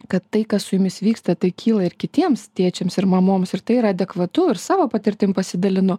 kad tai kas su jumis vyksta tai kyla ir kitiems tėčiams ir mamoms ir tai yra adekvatu ir savo patirtim pasidalinu